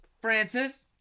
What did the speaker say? Francis